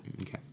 Okay